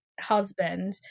husband